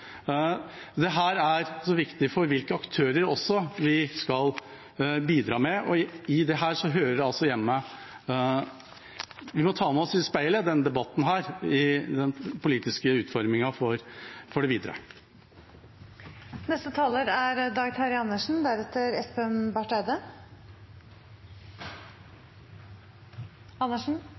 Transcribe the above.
viktig også for hvilke aktører vi skal bidra med. Vi må ta med oss i speilet denne debatten i den politiske utformingen for det